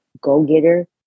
go-getter